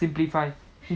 simplify